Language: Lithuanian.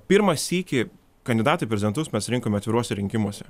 pirmą sykį kandidatai į prezidentus mes pasirinkome atviruose rinkimuose